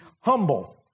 humble